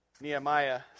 Nehemiah